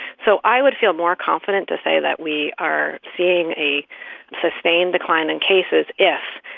so i would feel more confident to say that we are seeing a sustained decline in cases if,